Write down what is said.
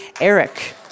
Eric